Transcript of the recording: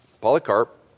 Polycarp